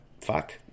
fuck